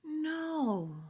No